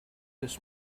this